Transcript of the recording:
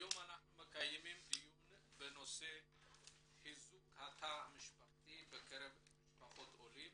היום אנחנו מקיימים דיון בנושא חיזוק התא המשפחתי בקרב משפחות עולים.